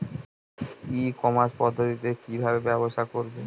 ই commerce পদ্ধতিতে কি ভাবে ব্যবসা করব?